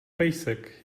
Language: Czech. pejsek